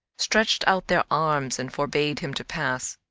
stretched out their arms and forbade him to pass.